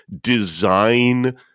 design